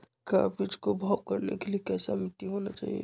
का बीज को भाव करने के लिए कैसा मिट्टी होना चाहिए?